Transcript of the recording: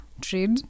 trade